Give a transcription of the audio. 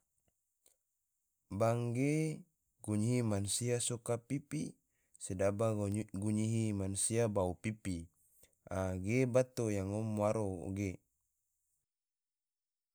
Bank ge, gunyihi mansia soka pipi, sedaba gunyihi mansia bau pipi, a ge bato yang ngom waro ge